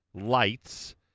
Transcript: Lights